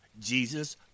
Jesus